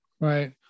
right